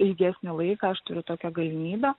ilgesnį laiką aš turiu tokią galimybę